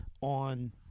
on